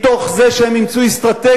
מתוך זה שהם אימצו אסטרטגיה,